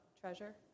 treasure